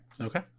Okay